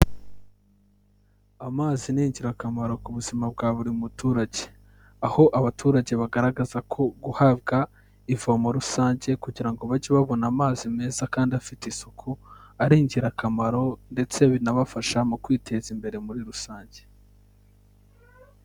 Amazi ni ingirakamaro ku buzima bwa buri muturage. Aho abaturage bagaragaza ko guhabwa ivomo rusange kugira ngo bajye babona amazi meza kandi afite isuku, ari ingirakamaro ndetse binabafasha mu kwiteza imbere muri rusange.